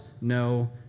no